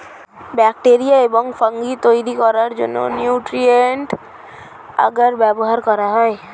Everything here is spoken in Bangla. ব্যাক্টেরিয়া এবং ফাঙ্গি তৈরি করার জন্য নিউট্রিয়েন্ট আগার ব্যবহার করা হয়